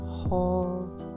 hold